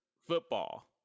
Football